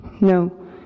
No